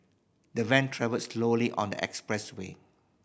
the van travelled slowly on the expressway